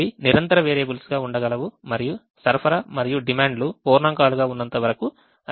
అవి నిరంతర వేరియబుల్స్గా ఉండగలవు మరియు సరఫరా మరియు డిమాండ్లు పూర్ణాంకాలు గా ఉన్నంత వరకు అవి పూర్ణాంక విలువలను ఇస్తాయి